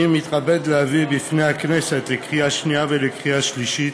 אני מתכבד להביא בפני הכנסת לקריאה שנייה ולקריאה שלישית